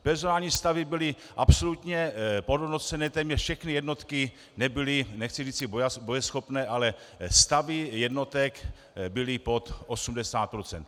Personální stavy byly absolutně podhodnocené, téměř všechny jednotky nebyly, nechci říci bojeschopné, ale stavy jednotek byly pod 80 procent.